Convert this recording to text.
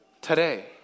today